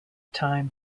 time